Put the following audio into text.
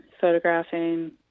photographing